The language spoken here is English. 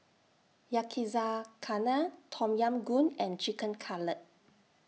Yakizakana Tom Yam Goong and Chicken Cutlet